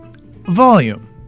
Volume